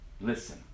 Listen